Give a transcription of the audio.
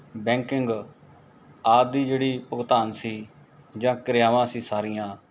banking ਆਦਿ ਦੀ ਜਿਹੜੀ ਭੁਗਤਾਨ ਸੀ ਜਾਂ ਕਿਰਿਆਵਾਂ ਸੀ ਸਾਰੀਆਂ